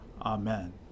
Amen